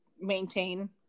maintain